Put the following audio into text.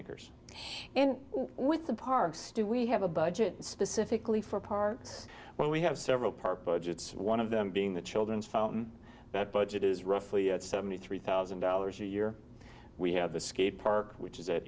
acres and with the parks do we have a budget specifically for parts when we have several park budgets one of them being the children's film that budget is roughly at seventy three thousand dollars a year and we have the skate park which is